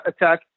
attack